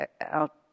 out